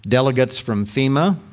delegates from fema,